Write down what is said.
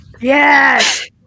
Yes